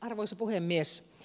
arvoisa puhemies